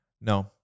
No